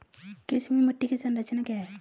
कृषि में मिट्टी की संरचना क्या है?